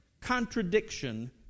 contradiction